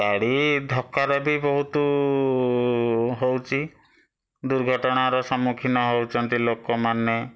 ଗାଡ଼ି ଧକ୍କାରେ ବି ବହୁତ ହେଉଛି ଦୁର୍ଘଟଣାର ସମ୍ମୁଖୀନ ହେଉଛନ୍ତି ଲୋକମାନେ